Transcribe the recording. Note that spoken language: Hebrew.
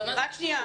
אבל מה זה קשור?